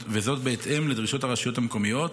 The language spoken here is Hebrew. וזאת בהתאם לדרישות הרשויות המקומיות